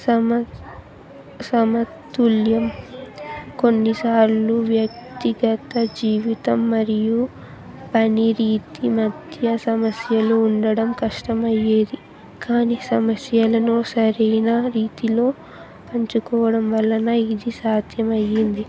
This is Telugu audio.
సమ సమతుల్యం కొన్నిసార్లు వ్యక్తిగత జీవితం మరియు పని రీతి మధ్య సమస్యలు ఉండడం కష్టమయ్యేది కానీ సమస్యలను సరైన రీతిలో పంచుకోవడం వలన ఇది సాధ్యమయ్యింది